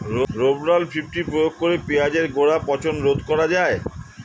Rovral fifty প্রয়োগ করে পেঁয়াজের গোড়া পচা রোগ রোধ করা যায়?